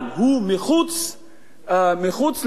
הוא מחוץ לאופק.